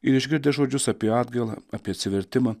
ir išgirdę žodžius apie atgailą apie atsivertimą